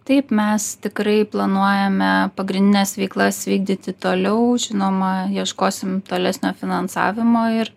taip mes tikrai planuojame pagrindines veiklas vykdyti toliau žinoma ieškosim tolesnio finansavimo ir